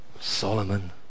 Solomon